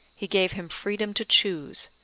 he gave him freedom to choose,